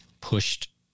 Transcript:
pushed